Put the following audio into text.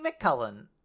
McCullen